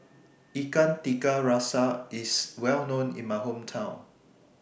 Ikan Tiga Rasa IS Well known in My Hometown